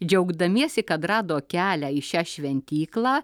džiaugdamiesi kad rado kelią į šią šventyklą